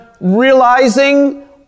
realizing